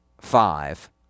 five